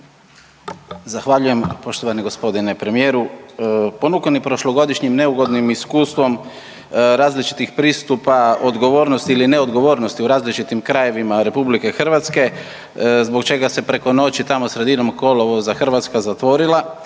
Zahvaljujem. Poštovani g. premijeru, ponukani prošlogodišnjim neugodnim iskustvom različitih pristupa odgovornosti ili ne odgovornosti u različitim krajevima RH zbog čega se preko noći tamo sredinom kolovoza Hrvatska zatvorila